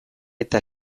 eta